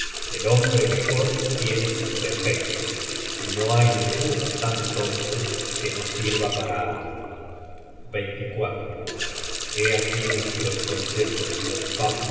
el hombre mejor tiene sus defectos y no hay ninguno tan tonto que no sirva para algo hé aquí nuestros consejos